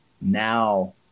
now